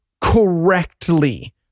correctly